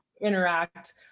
interact